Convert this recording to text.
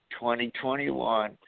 2021